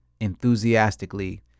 enthusiastically